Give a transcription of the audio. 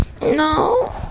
No